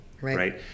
right